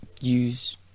use